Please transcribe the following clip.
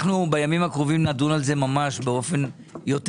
בימים הקרובים נדון בזה ממש באופן יותר